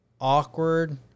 awkward